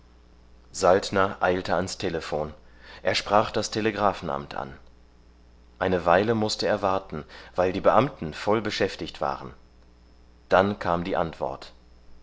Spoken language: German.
saltner eilte ans telephon er sprach das telegraphenamt an eine weile mußte er warten weil die beamten voll beschäftigt waren dann kam die antwort